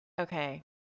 Okay